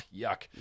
yuck